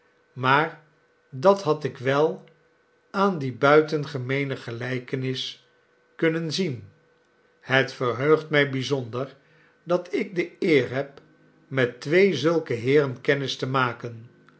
maar dat had ik wel aan die buitengemeene gelijkenis kunnen zien het verheugt mij bijzonder dat ik de eer heb met twee zulke heeren kennis te maken